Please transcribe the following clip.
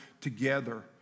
together